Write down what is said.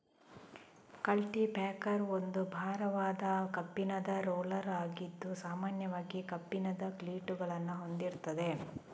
culti packer ಒಂದು ಭಾರವಾದ ಕಬ್ಬಿಣದ ರೋಲರ್ ಆಗಿದ್ದು ಸಾಮಾನ್ಯವಾಗಿ ಕಬ್ಬಿಣದ ಕ್ಲೀಟುಗಳನ್ನ ಹೊಂದಿರ್ತದೆ